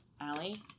Allie